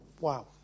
Wow